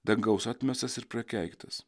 dangaus atmestas ir prakeiktas